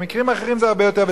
במקרים אחרים זה הרבה יותר,